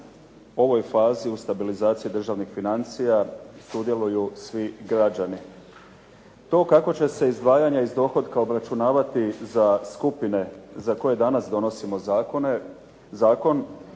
u ovoj fazi u stabilizaciji državnih financija, sudjeluju svi građani. To kako će se izdvajanje iz dohotka obračunavati za skupine za koje danas donosimo zakon,